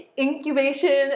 incubation